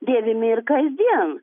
dėvimi ir kasdien